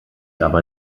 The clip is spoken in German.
aber